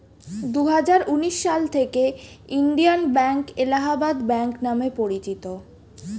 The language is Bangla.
দুহাজার উনিশ সাল থেকে ইন্ডিয়ান ব্যাঙ্ক এলাহাবাদ ব্যাঙ্ক নাম পরিচিত